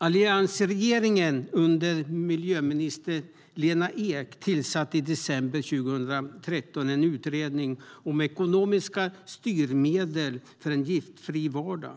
Alliansregeringen, under miljöminister Lena Ek, tillsatte i december 2013 en utredning om ekonomiska styrmedel för en giftfri vardag.